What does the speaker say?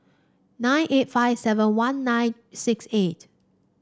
nine eight five seven one nine six eight